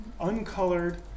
uncolored